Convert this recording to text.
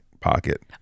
pocket